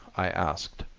i asked.